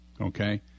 okay